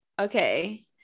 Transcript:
okay